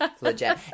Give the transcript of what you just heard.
Legit